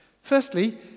Firstly